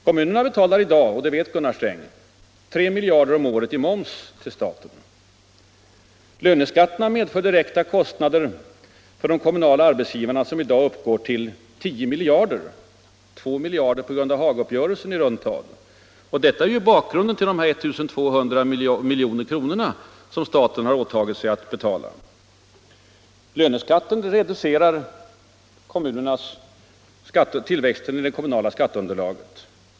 Kommunerna betalar i dag — och det vet Gunnar Sträng — 3 miljarder om året i moms till staten. Löneskatterna medför direkta kostnader för de kommunala arbetsgivarna som f. n. uppgår till 10 miljarder — i runt tal 2 miljarder på grund av Hagauppgörelsen. Detta är ju grunden till de 1200 milj.kr. som staten har åtagit sig att betala. Löneskatten reducerar tillväxten av det kommunala skatteunderlaget.